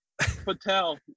Patel